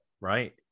right